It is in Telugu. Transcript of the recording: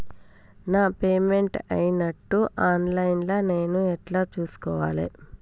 నా పేమెంట్ అయినట్టు ఆన్ లైన్ లా నేను ఎట్ల చూస్కోవాలే?